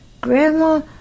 Grandma